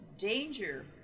danger